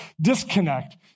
disconnect